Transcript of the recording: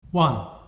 One